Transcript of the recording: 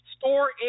Store